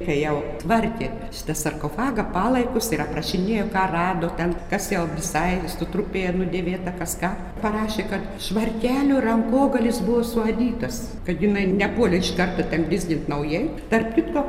kai jau tvarkė šitą sarkofagą palaikus ir aprašinėjo ką rado ten kas jau visai sutrupėję nudėvėta kas ką parašė kad švarkelio rankogalis buvo suadytas kad jinai nepuolė iš karto ten blizgint naujai tarp kitko